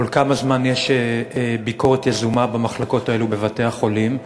מתי יש ביקורת יזומה במחלקות האלה בבתי-החולים?